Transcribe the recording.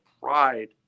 pride